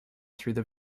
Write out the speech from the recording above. through